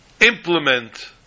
implement